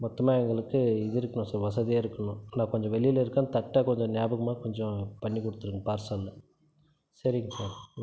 மொத்தமாக எங்களுக்கு இது இருக்கணும் சார் வசதியாருக்கணும் நான் கொஞ்சம் வெளியில் இருக்கேன் தட்டு கொஞ்சம் ஞாபகமாக கொஞ்சம் பண்ணிக் கொடுத்துருங்க பார்சலில் சரிங்க சார்